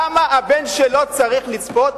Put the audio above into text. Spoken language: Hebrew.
למה הבן שלו צריך לצפות,